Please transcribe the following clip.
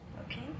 Okay